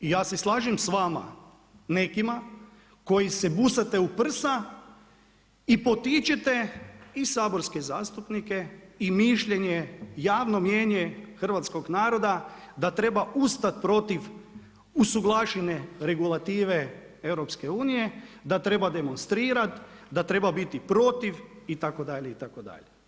I ja se slažem sa vama nekima koji se busate u prsa i potičete i saborske zastupnike i mišljenje, javno mnijenje hrvatskog naroda da treba ustat protiv usuglašene regulative EU, da treba demonstrirat, da treba biti protiv itd. itd.